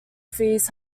fees